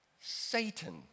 Satan